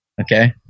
Okay